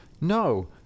no